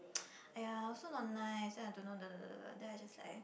!aiya! also not nice then I don't know da da da da da then I just like